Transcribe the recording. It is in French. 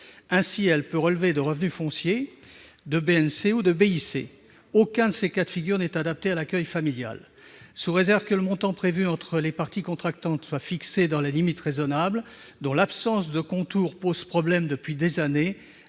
industriels et commerciaux, les BIC. Aucun de ces cas de figure n'est adapté à l'accueil familial. Sous réserve que le montant prévu entre les parties contractantes soit fixé « dans des limites raisonnables », dont l'absence de contours pose problème depuis des années,